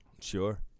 sure